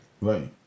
Right